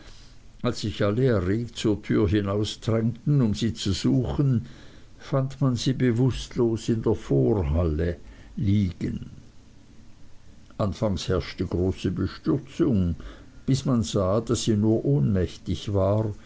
als sich alle erregt zur türe hinausdrängten um sie zu suchen fand man sie bewußtlos in der vorhalle liegen anfangs herrschte große bestürzung bis man sah daß sie nur ohnmächtig war